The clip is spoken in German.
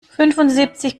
fünfundsiebzig